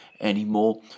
anymore